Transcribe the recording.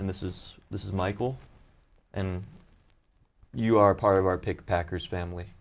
and this is this is michael and you are part of our pick packers family